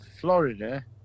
Florida